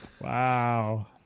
Wow